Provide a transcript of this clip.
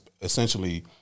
essentially